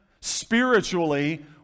spiritually